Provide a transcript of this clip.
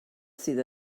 sydd